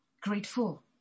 grateful